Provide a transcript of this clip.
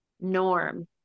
norm